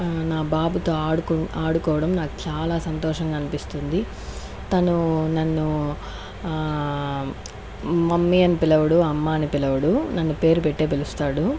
నా బాబుతో ఆడుకో ఆడుకోవడం నాకు చాలా సంతోషంగా అనిపిస్తుంది తను నన్ను మమ్మీ అని పిలవడు అమ్మ అని పిలవడు నన్ను పేరు పెట్టే పిలుస్తాడు